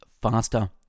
faster